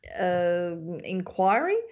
Inquiry